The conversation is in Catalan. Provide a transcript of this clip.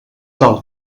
tal